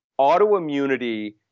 autoimmunity